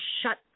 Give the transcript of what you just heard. shut